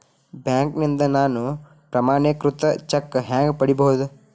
ಬ್ಯಾಂಕ್ನಿಂದ ನಾನು ಪ್ರಮಾಣೇಕೃತ ಚೆಕ್ ಹ್ಯಾಂಗ್ ಪಡಿಬಹುದು?